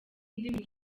indimi